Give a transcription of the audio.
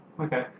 Okay